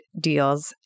deals